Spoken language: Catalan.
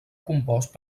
compost